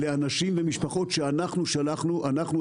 אלה אנשים ומשפחות שאנחנו שלחנו אנחנו,